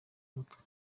mutwe